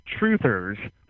truthers